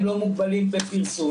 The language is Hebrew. הם לא מוגבלים בפרסום,